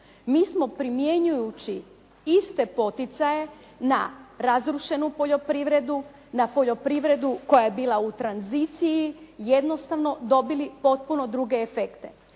Mi smo primjenjujući iste poticaje na razrušenu poljoprivredu, na poljoprivredu koja je bila u tranziciji jednostavno dobili potpuno druge efekte.